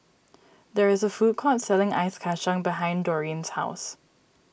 there is a food court selling Ice Kachang behind Doreen's house